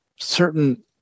certain